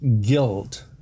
guilt